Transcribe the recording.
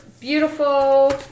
beautiful